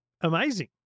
amazing